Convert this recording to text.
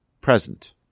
present